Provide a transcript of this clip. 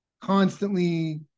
constantly